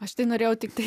aš tai norėjau tiktai